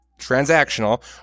transactional